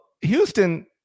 Houston